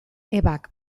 ebak